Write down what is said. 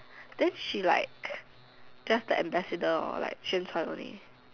then she like just the ambassador or just like 宣传 only